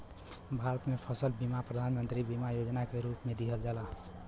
भारत में फसल बीमा प्रधान मंत्री बीमा योजना के रूप में दिहल जाला